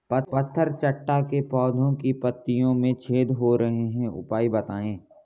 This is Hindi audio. पत्थर चट्टा के पौधें की पत्तियों में छेद हो रहे हैं उपाय बताएं?